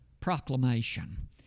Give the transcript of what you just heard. proclamation